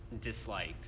disliked